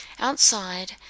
outside